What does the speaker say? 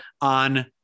on